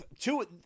two